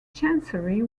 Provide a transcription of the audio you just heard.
chancery